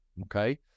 okay